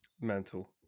mental